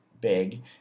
big